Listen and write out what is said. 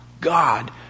God